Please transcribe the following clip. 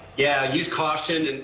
yeah, use caution.